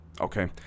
Okay